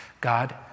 God